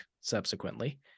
subsequently